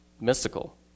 mystical